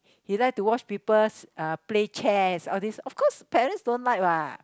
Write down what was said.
he like to watch people uh play chess all these of course parents don't like [what]